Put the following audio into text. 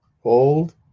Hold